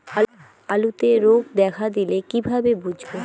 আলুতে রোগ দেখা দিলে কিভাবে বুঝবো?